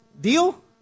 Deal